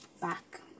back